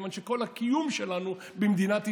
כיוון שכל הקיום שלנו במדינת ישראל,